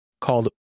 called